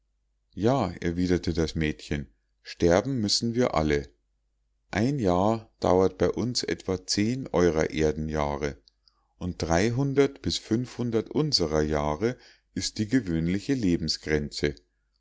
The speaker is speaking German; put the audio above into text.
ja erwiderte das mädchen sterben müssen wir alle ein jahr dauert bei uns etwa zehn eurer erdenjahre und bis unserer jahre ist die gewöhnliche lebensgrenze